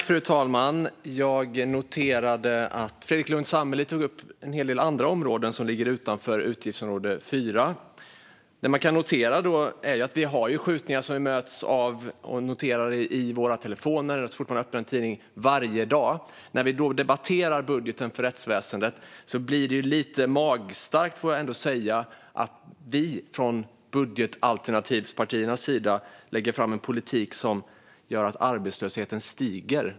Fru talman! Jag noterade att Fredrik Lundh Sammeli tog upp en hel del andra områden, som ligger utanför utgiftsområde 4. Det kan noteras att man varje dag möts av uppgifter om skjutningar när man tittar i sin telefon och så fort man öppnar en tidning. När vi nu debatterar budgeten för rättsväsendet blir det lite magstarkt att hävda att vi från budgetalternativpartiernas sida lägger fram en politik som gör att arbetslösheten stiger.